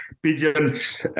Pigeons